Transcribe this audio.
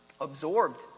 absorbed